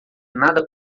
nada